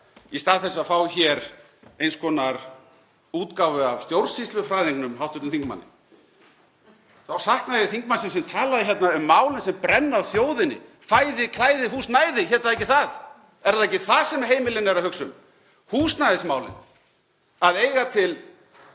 í stað þess að fá hér eins konar útgáfu af stjórnsýslufræðingnum, hv. þingmanni, þá sakna ég þingmannsins sem talaði hérna um mál sem brenna á þjóðinni; fæði, klæði, húsnæði, hét það ekki það? Er það ekki það sem heimilin eru að hugsa um, húsnæðismálin, að eiga til